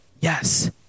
yes